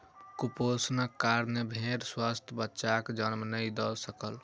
कुपोषणक कारणेँ भेड़ स्वस्थ बच्चाक जन्म नहीं दय सकल